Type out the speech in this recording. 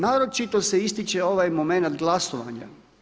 Naročito se ističe ovaj momenat glasovanja.